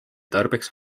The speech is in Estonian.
tarbeks